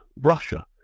Russia